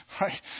right